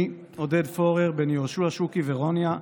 אני, עודד פורר, בן יהושע שוקי ורוניה,